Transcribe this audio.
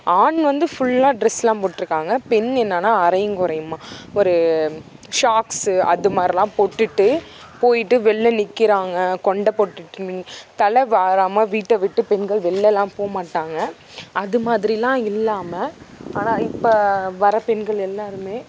ஆண் வந்து ஃபுல்லாக ட்ரெஸ்லாம் போட்டுருக்காங்க பெண் என்னன்னா அரையும் குறையுமா ஒரு ஷாக்ஸு அது மாதிரிலாம் போட்டுட்டு போய்ட்டு வெளில நிற்கிறாங்க கொண்ட போட்டுட்டு நின்று தலை வாராமல் வீட்டை விட்டு பெண்கள் வெளிலலாம் போக மாட்டாங்க அது மாதிரிலாம் இல்லாமல் ஆனால் இப்போ வர பெண்கள் எல்லோருமே